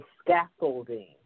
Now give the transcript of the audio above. scaffolding